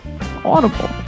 Audible